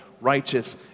righteous